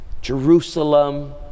Jerusalem